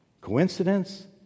Coincidence